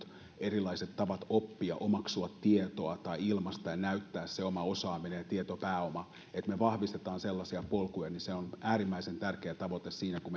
erilaisia tapoja oppia omaksua tietoa tai ilmaista ja näyttää se oma osaaminen tietopääoma ja se että me vahvistamme sellaisia polkuja on äärimmäisen tärkeä tavoite siinä kun